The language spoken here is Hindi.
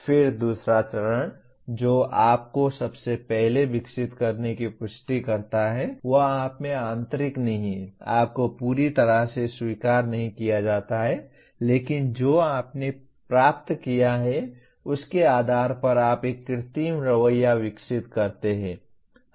फिर दूसरा चरण जो आपको सबसे पहले विकसित करने की पुष्टि करता है वह आप में आंतरिक नहीं है आपको पूरी तरह से स्वीकार नहीं किया जाता है लेकिन जो आपने प्राप्त किया है उसके आधार पर आप एक कृत्रिम रवैया विकसित करते हैं